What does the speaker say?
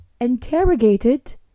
interrogated